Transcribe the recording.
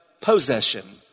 possession